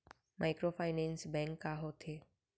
Microfinance bank का होथे?